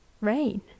Rain